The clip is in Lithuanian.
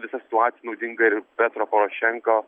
visa situacija naudinga ir petro porošenko